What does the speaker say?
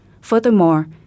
Furthermore